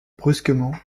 brusquement